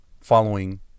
following